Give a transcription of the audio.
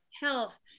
health